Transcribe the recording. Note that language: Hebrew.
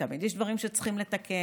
תמיד יש דברים שצריך לתקן,